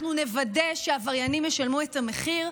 אנחנו נוודא שהעבריינים ישלמו את המחיר,